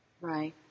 Right